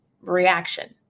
reaction